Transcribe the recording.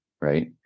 right